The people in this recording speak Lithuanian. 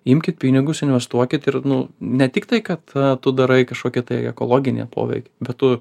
imkit pinigus investuokit ir nu ne tiktai kad tu darai kažkokį tai ekologinį poveikį bet tu